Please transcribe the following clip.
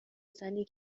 زنی